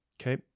Okay